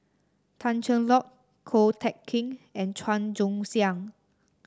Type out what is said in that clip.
Tan Cheng Lock Ko Teck Kin and Chua Joon Siang